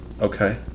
Okay